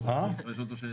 אפשר לשאול אותו שאלה?